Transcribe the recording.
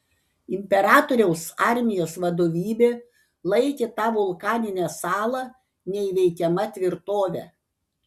imperatoriaus armijos vadovybė laikė tą vulkaninę salą neįveikiama tvirtove